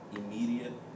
immediate